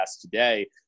today